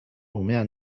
umea